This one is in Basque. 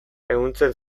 ehuntzen